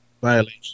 violation